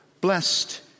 Blessed